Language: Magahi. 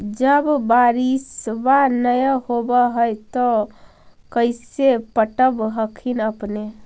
जब बारिसबा नय होब है तो कैसे पटब हखिन अपने?